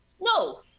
No